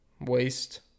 Waste